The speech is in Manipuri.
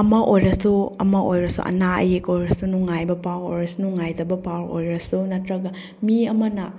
ꯑꯃ ꯑꯣꯏꯔꯁꯨ ꯑꯃ ꯑꯣꯏꯔꯁꯨ ꯑꯅꯥ ꯑꯌꯦꯛ ꯑꯣꯏꯔꯁꯨ ꯅꯨꯡꯉꯥꯏꯕ ꯄꯥꯎ ꯑꯣꯏꯔꯁꯨ ꯅꯨꯡꯉꯥꯏꯇꯕ ꯄꯥꯎ ꯑꯣꯏꯔꯁꯨ ꯅꯠꯇ꯭ꯔꯒ ꯃꯤ ꯑꯃꯅ